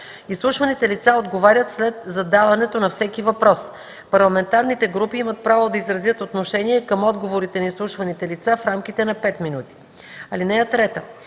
Изслушваните лица отговарят след задаването на всеки въпрос. Парламентарните групи имат право да изразят отношение към отговорите на изслушваните лица в рамките на 5 минути.